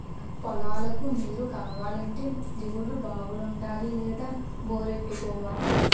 పొలాలకు నీరుకావాలంటే దిగుడు బావులుండాలి లేదా బోరెట్టుకోవాలి